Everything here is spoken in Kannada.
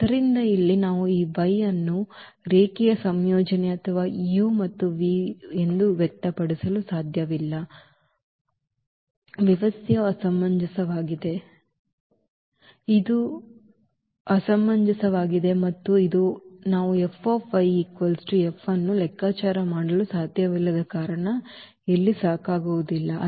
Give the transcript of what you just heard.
ಆದ್ದರಿಂದ ಇಲ್ಲಿ ನಾವು ಈ ವೈ ಅನ್ನು ರೇಖೀಯ ಸಂಯೋಜನೆ ಅಥವಾ ಈ u ಮತ್ತು v ಎಂದು ವ್ಯಕ್ತಪಡಿಸಲು ಸಾಧ್ಯವಿಲ್ಲ ಮತ್ತು ಆದ್ದರಿಂದ ವ್ಯವಸ್ಥೆಯು ಅಸಮಂಜಸವಾಗಿದೆ ಇದು ಅಸಮಂಜಸವಾಗಿದೆ ಮತ್ತು ಇದು ನಾವು F F ಅನ್ನು ಲೆಕ್ಕಾಚಾರ ಮಾಡಲು ಸಾಧ್ಯವಿಲ್ಲದ ಕಾರಣ ಇಲ್ಲಿ ಸಾಕಾಗುವುದಿಲ್ಲ